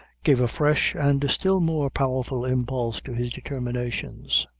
gave a fresh and still more powerful impulse to his determinations.